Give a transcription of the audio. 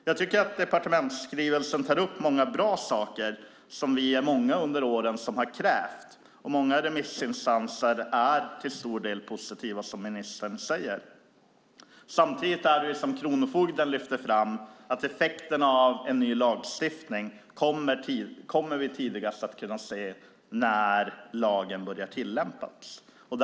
Jag tycker att departementsskrivelsen tar upp många bra saker som många av oss har krävt under åren. Många remissinstanser är till stor del positiva, som ministern säger. Som kronofogden lyfter fram kommer vi tidigast när lagen börjat tillämpas att kunna se effekten av en ny lagstiftning.